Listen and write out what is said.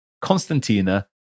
Constantina